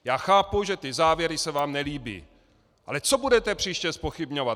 Já chápu, že ty závěry se vám nelíbí, ale co budete příště zpochybňovat?